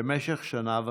במשך שנה וחצי.